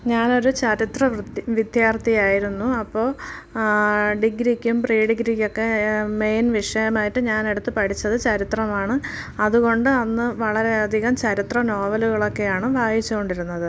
ഞാനൊരു ചരിത്ര വിദ് വിദ്യാർത്ഥി ആയിരുന്നു അപ്പോൾ ഡിഗ്രിക്കും പ്രീഡിഗ്രിക്കും ഒക്കെ മെയിൻ വിഷയമായിട്ട് ഞാനെടുത്തത് പഠിച്ചത് ചരിത്രമാണ് അതുകൊണ്ട് അന്ന് വളരെയധികം ചരിത്ര നോവലുകളൊക്കെയാണ് വായിച്ചുക്കൊണ്ടിരുന്നത്